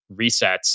resets